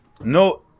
No